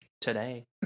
today